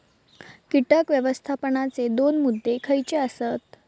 कीटक व्यवस्थापनाचे दोन मुद्दे खयचे आसत?